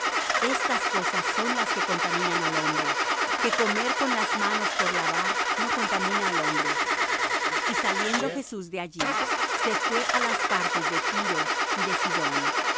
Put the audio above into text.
estas cosas son las que contaminan al hombre que comer con las manos por lavar no contamina al hombre y saliendo jesús de allí se fué á las partes de tiro y de sidón